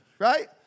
Right